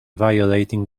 violating